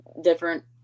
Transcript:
different